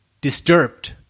disturbed